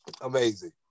amazing